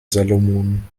salomonen